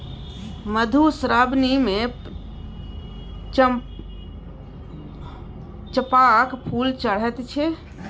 मधुश्रावणीमे चंपाक फूल चढ़ैत छै